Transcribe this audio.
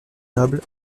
noble